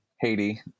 Haiti